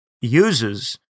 uses